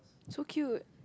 so cute